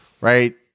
right